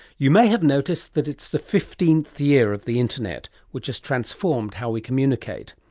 you may have noticed that it's the fifteenth year of the internet, which has transformed how we communicate.